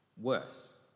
worse